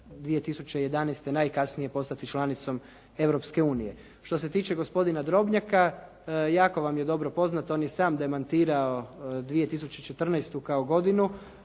2011. najkasnije postati članicom Europske unije. Što se tiče gospodina Drobnjaka jako vam je dobro poznato, on je sam demantirao 2014. kao godinu.